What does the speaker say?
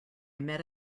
met